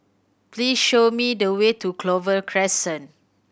please show me the way to Clover Crescent